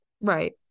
Right